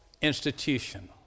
institution